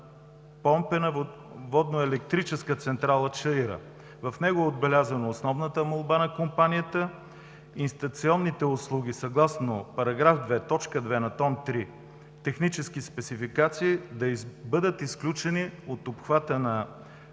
Помпена водноелектрическа централа „Чаира“. В него е отбелязана основната молба на компанията – институционните услуги, съгласно § 2, т. 2, том 3 – „Технически спецификации“, да бъдат изключени от обхвата на